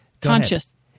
Conscious